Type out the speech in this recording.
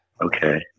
Okay